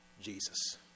Jesus